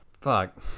fuck